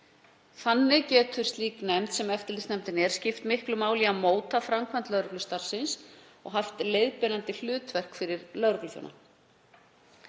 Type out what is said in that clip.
Þannig getur slík nefnd sem eftirlitsnefndin er skipt miklu máli í að móta framkvæmd lögreglustarfsins og haft leiðbeinandi hlutverk fyrir lögregluþjóna.